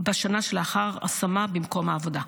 בשנה שלאחר השמה במקום העבודה,